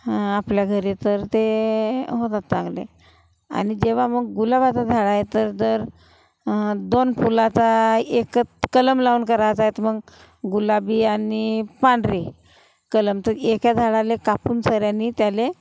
आपल्या घरी तर ते होतात चांगले आणि जेव्हा मग गुलाबाचे झाड आहे तर तर दोन फुलाचा एकच कलम लावून करायचं आहे तर मग गुलाबी आणि पांढरे कलम तर एका झाडाला कापूनसऱ्यानी